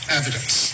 evidence